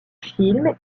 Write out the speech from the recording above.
film